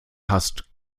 hast